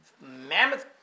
mammoth